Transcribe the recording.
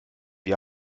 wir